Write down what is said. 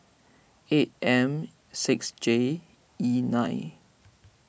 eight M six J E nine